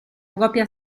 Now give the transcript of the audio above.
propria